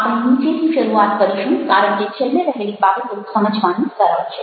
આપણે નીચેથી શરૂઆત કરીશું કારણ કે છેલ્લે રહેલી બાબતો સમજવાની સરળ છે